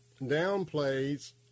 downplays